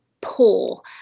poor